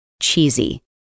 cheesy